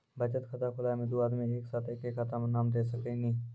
बचत खाता खुलाए मे दू आदमी एक साथ एके खाता मे नाम दे सकी नी?